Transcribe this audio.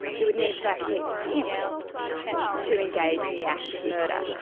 you would need to actually attempt to engage in the act of murder,